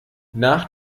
nach